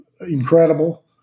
incredible